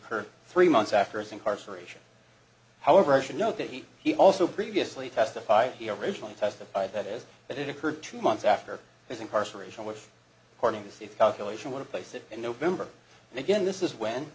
occurred three months after his incarceration however i should note that he he also previously testified he originally testified that is that it occurred two months after his incarceration which according to see if calculation want to place it in november and again this is when